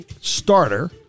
starter